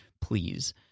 please